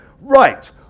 Right